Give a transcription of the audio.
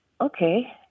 okay